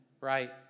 right